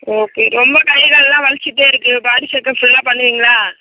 okay ரொம்ப கை காலெலாம் வலிச்சுட்டே இருக்கு பாடி செக்கப் ஃபுல்லாக பண்ணுவீங்களா